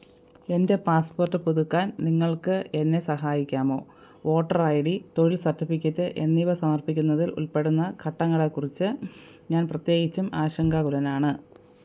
എൻ്റെ പാസ്പോർട്ട് പുതുക്കാൻ നിങ്ങൾക്ക് എന്നെ സഹായിക്കാമോ വോട്ടർ ഐ ഡി തൊഴിൽ സർട്ടിഫിക്കറ്റ് എന്നിവ സമർപ്പിക്കുന്നതിൽ ഉൾപ്പെടുന്ന ഘട്ടങ്ങളെക്കുറിച്ച് ഞാൻ പ്രത്യേകിച്ചും ആശങ്കാകുലനാണ്